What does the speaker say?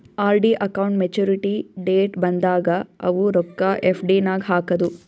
RD account maturity date ಬಂದಾಗ ಅವು ರೊಕ್ಕಾ ಎಫ್.ಡಿ ನಾಗ್ ಹಾಕದು